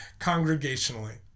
congregationally